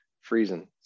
freezing